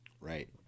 right